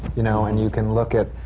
you know? and you can look at,